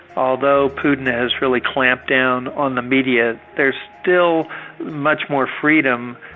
although putin has really clamped down on the media, there's still much more freedom,